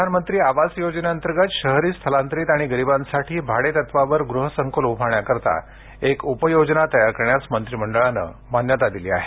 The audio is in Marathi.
प्रधानमंत्री आवास योजनेअंतर्गत शहरी स्थलांतरित आणि गरिबांसाठी भाडेतत्वावर गृहसंक्लं उभारण्यासाठी एक उपयोजना तयार करण्यास मंत्रिमंडळाने मान्यता दिली आहे